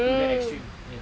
to that extreme yes